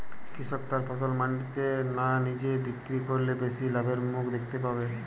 কৃষক তার ফসল মান্ডিতে না নিজে বিক্রি করলে বেশি লাভের মুখ দেখতে পাবে?